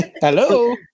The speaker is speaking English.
Hello